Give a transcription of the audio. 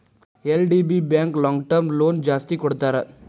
LDB bank long term loan ಜಾಸ್ತಿ ಕೊಡ್ತಾರ